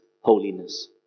holiness